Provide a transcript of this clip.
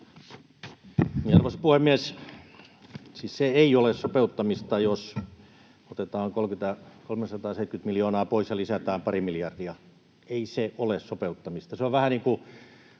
Arvoisa puhemies! Siis se ei ole sopeuttamista, jos otetaan 370 miljoonaa pois ja lisätään pari miljardia. Ei se ole sopeuttamista. Se on vähän niin kuin